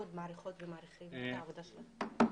מאוד מעריכות ומעריכים את העבודה שלכם.